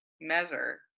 measure